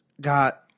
got